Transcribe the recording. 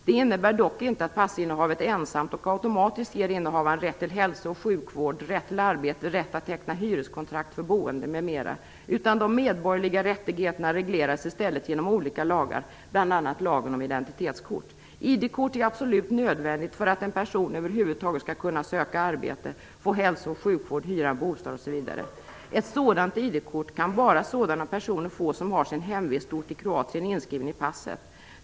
Det innebär dock inte att passinnehavet ensamt och automatiskt ger innehavaren rätt till hälso och sjukvård, rätt till arbete, rätt att teckna hyreskontrakt för boende m.m. De medborgerliga rättigheterna regleras i stället genom olika lagar, bl.a. lagen om identitetskort. ID-kort är absolut nödvändigt för att en person över huvud taget skall kunna söka arbete, få hälsooch sjukvård, hyra en bostad osv. Ett sådant ID-kort kan bara sådana personer få som har sin hemvistort i Kroatien inskriven i passet.